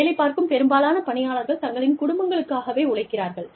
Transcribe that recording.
வேலை பார்க்கும் பெரும்பாலான பணியாளர்கள் தங்களின் குடும்பங்களுக்காகவே உழைக்கிறார்கள்